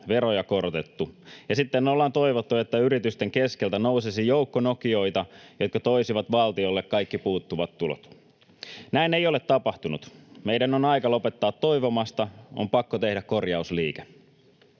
Veroja korotettu. Ja sitten on toivottu, että yritysten keskeltä nousisi joukko nokioita, jotka toisivat valtiolle kaikki puuttuvat tulot. Näin ei ole tapahtunut. Meidän on aika lopettaa toivomasta. On pakko tehdä korjausliike.